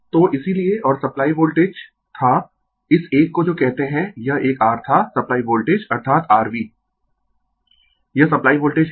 तो इसीलिए और सप्लाई वोल्टेज था इस एक को जो कहते है यह एक r था सप्लाई वोल्टेज अर्थात rV यह सप्लाई वोल्टेज है